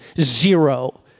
Zero